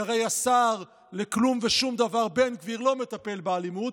כי הרי השר לכלום ושום דבר בן גביר לא מטפל באלימות,